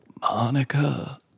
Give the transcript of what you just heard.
Monica